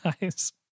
guys